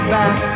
back